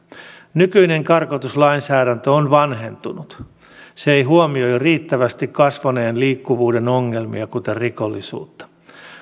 nykyinen karkotuslainsäädäntö on vanhentunut se ei huomioi riittävästi kasvaneen liikkuvuuden ongelmia kuten rikollisuutta